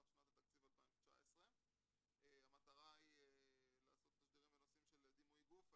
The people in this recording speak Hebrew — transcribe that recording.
שנת התקציב 2019. המטרה היא לעשות תשדירים בנושאים של דימוי גוף,